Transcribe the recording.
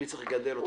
אני צריך לגדל אותה,